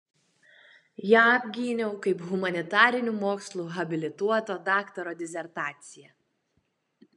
ją apgyniau kaip humanitarinių mokslų habilituoto daktaro disertaciją